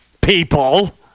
people